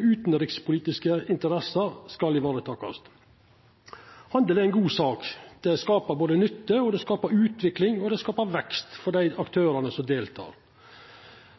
utanrikspolitiske interesser skal varetakast. Handel er ei god sak. Det skapar nytte, det skapar utvikling, og det skapar vekst for dei aktørane som deltek.